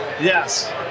Yes